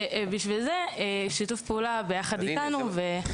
בשביל זה, שיתוף פעולה ביחד איתנו יכול להועיל.